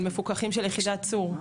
של מפוקחים של יחידת צור.